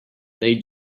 they